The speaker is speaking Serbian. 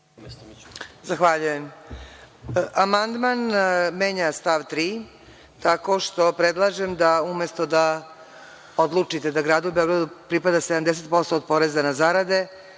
Zahvaljujem. Amandman menja stav 3. tako što predlažem da umesto da odlučite da gradu Beogradu pripada 70% od poreza na zarade,